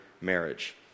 marriage